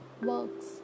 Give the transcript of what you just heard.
works